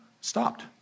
stopped